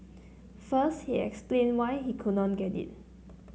first he explained why he could not get it